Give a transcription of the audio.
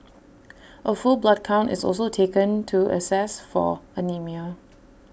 A full blood count is also taken to assess for anaemia